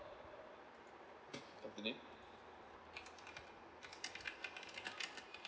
continue